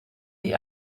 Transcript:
die